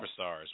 superstars